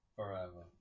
Forever